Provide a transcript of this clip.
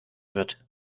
wird